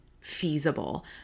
feasible